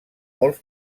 molts